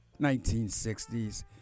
1960s